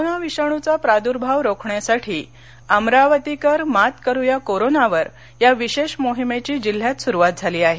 corona विषाणुचा प्रादूर्भाव रोखण्यासाठी अमरावतीकर मात करुया कोरोनावर या विशेष मोहिमेची जिल्ह्यात सुरूवात झाली आहे